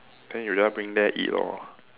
then you just bring there eat lor